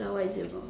so what's is it about